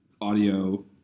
audio